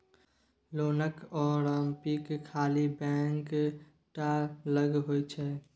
लोनक ओनरशिप खाली बैंके टा लग होइ छै